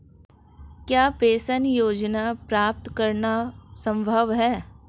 क्या पेंशन योजना प्राप्त करना संभव है?